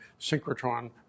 synchrotron